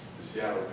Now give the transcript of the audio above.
Seattle